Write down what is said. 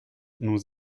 nous